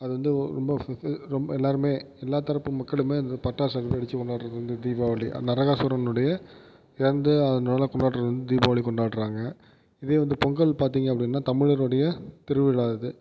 அது வந்து ரொம்ப ரொம்ப எல்லோருமே எல்லா தரப்பு மக்களுமே அந்த பட்டாசு அது வெடிச்சு கொண்டாடுவது வந்து தீபாவளி நரகாசுரனுடைய இறந்து அதனால கொண்டாடுவது வந்து தீபாவளி கொண்டாடுகிறாங்க இதுவே வந்து பொங்கல் பார்த்திங்க அப்படினா தமிழருடைய திருவிழா அது